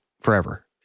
forever